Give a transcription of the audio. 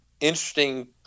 interesting